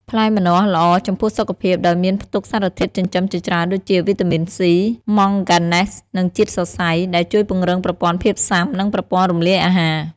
ផ្លែម្នាស់ល្អចំពោះសុខភាពដោយមានផ្ទុកសារធាតុចិញ្ចឹមជាច្រើនដូចជា វីតាមីនសុី ម៉ង់កាណែស និងជាតិសរសៃ ដែលជួយពង្រឹងប្រព័ន្ធភាពស៊ាំ និងប្រព័ន្ធរំលាយអាហារ។